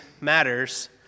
matters